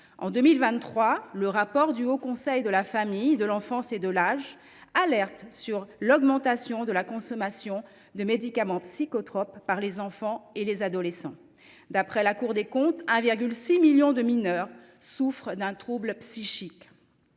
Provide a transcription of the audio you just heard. En 2023, le rapport du Haut Conseil de la famille, de l’enfance et de l’âge alerte sur l’augmentation de la consommation de médicaments psychotropes par les enfants et les adolescents. D’après la Cour des comptes, 1,6 million de mineurs souffrent d’un trouble psychique.